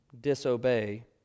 disobey